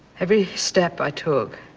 every step i took,